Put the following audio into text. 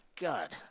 God